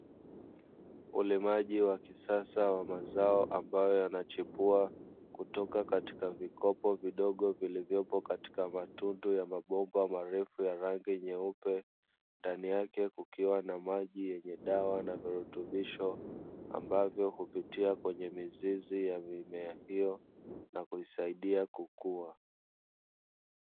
Ulimaji wa kisasa wa mazao ambayo yanachipua kutoka katika vikopo vidogo vilivyopo katika matundu ya mabomba marefu ya rangi nyeupe, ndani yake kukiwa na maji yenye dawa na virutubisho ambavyo hupitia kwenye mizizi ya mimea hiyo na kumsaidia kukua.